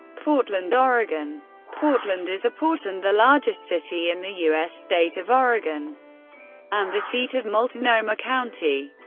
portland, ah oregon portland is a port and the largest city in the u s. state of oregon and the seat of multnomah county.